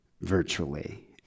virtually